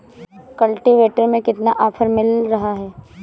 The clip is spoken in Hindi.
कल्टीवेटर में कितना ऑफर मिल रहा है?